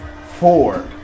four